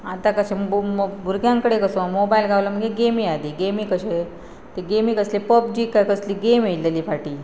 आतां कशें भुरग्यां कडेन कसो मोबायल गावलो म्हणगे गेमी हादी गेमी कशे ते गेमी कसली पबजी कसली गेम येयल्लेली फाटी